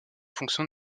fonction